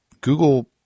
Google